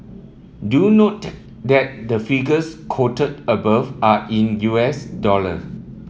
do note that the figures quoted above are in U S dollar